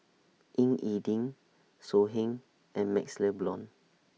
Ying E Ding So Heng and MaxLe Blond